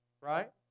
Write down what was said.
Right